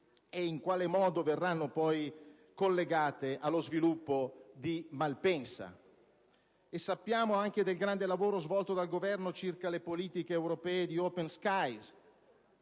e in quale modo verranno poi collegate allo sviluppo di Malpensa. E sappiamo anche del grande lavoro svolto dal Governo circa le politiche europee di *Open Skies*,